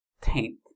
Taint